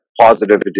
positive